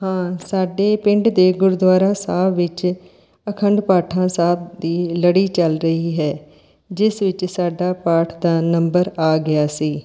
ਹਾਂ ਸਾਡੇ ਪਿੰਡ ਦੇ ਗੁਰਦੁਆਰਾ ਸਾਹਿਬ ਵਿੱਚ ਅਖੰਡ ਪਾਠਾਂ ਸਾਹਿਬ ਦੀ ਲੜੀ ਚੱਲ ਰਹੀ ਹੈ ਜਿਸ ਵਿੱਚ ਸਾਡਾ ਪਾਠ ਦਾ ਨੰਬਰ ਆ ਗਿਆ ਸੀ